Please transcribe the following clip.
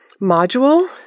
module